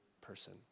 person